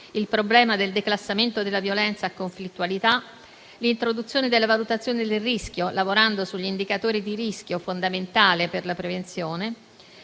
il problema del declassamento della violenza a conflittualità; l'introduzione della valutazione del rischio, lavorando sugli indicatori di rischio, fondamentale per la prevenzione;